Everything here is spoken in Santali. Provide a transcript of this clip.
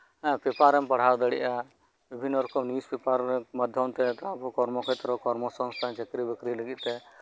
ᱯᱮᱯᱟᱨ ᱮᱢ ᱯᱟᱲᱦᱟᱣ ᱫᱟᱲᱮᱭᱟᱜᱼᱟ ᱵᱤᱵᱷᱤᱱᱱᱚ ᱨᱚᱠᱚᱢ ᱱᱤᱭᱩᱥ ᱯᱮᱯᱟᱨ ᱢᱟᱫᱽᱫᱷᱚᱢᱛᱮ ᱠᱚᱨᱢᱚ ᱠᱷᱮᱛᱨᱚ ᱠᱚᱨᱢᱚ ᱥᱚᱝᱥᱛᱷᱟᱱ ᱪᱟᱹᱠᱨᱤ ᱵᱟᱹᱠᱨᱤ ᱞᱟᱹᱜᱤᱫ ᱛᱮ